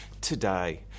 today